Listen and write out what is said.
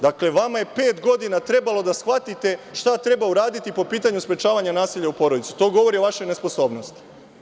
Dakle, vama je pet godina trebalo da shvatite šta treba uraditi po pitanju sprečavanja nasilja u porodici, to govori o vašoj nesposobnosti.